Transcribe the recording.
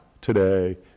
today